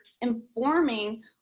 informing